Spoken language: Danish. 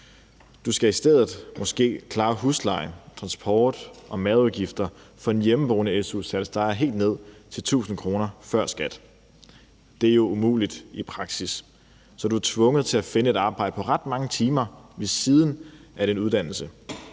Du skal i stedet måske klare huslejen, transport og madudgifter for en hjemmeboende su-sats, der er helt nede på 1.000 kr. før skat. Det er jo umuligt i praksis. Så du er tvunget til at finde et arbejde på ret mange timer ved siden af din uddannelse.